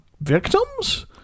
victims